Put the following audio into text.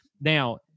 Now